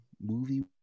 Movie